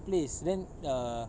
place then err